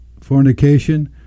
fornication